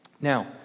Now